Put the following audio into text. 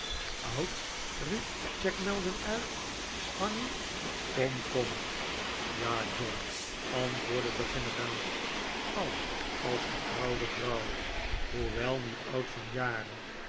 oud riep jack maldon uit annie kom kom ja john antwoordde de generaal oud als getrouwde vrouw hoewel niet oud van jaren